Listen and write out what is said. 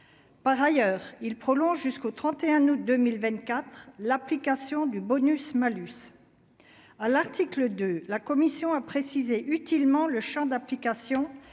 par ailleurs il prolonge jusqu'au 31 août 2024 l'application du bonus-malus à l'article de la Commission a précisé utilement le Champ d'application